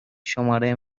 شماره